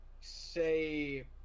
say